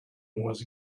was